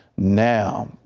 now.